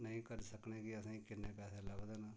नेईं करी सकनें कि असेंगी किन्ने पैसे लभदे न